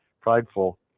prideful